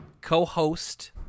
Co-host